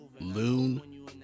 Loon